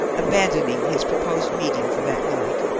abandoning his proposed meeting for that night.